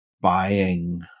buying